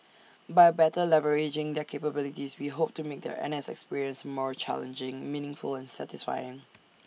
by better leveraging their capabilities we hope to make their N S experience more challenging meaningful and satisfying